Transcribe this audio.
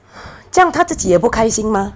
这样她自己也不开心 mah